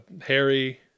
Harry